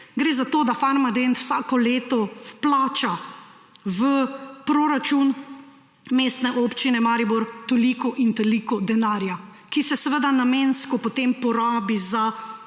Gre za to, da Farmadent vsako leto vplača v proračun Mestne občine Maribor toliko in toliko denarja, ki se seveda namensko porabi za